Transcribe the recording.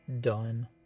done